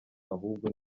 ahubwo